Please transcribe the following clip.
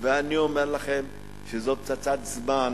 אני אומר לכם שזאת פצצת זמן,